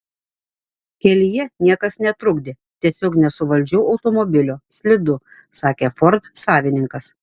kelyje niekas netrukdė tiesiog nesuvaldžiau automobilio slidu sakė ford savininkas